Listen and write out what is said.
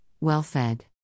well-fed